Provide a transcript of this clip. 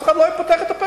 אף אחד לא היה פותח את הפה.